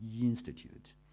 institute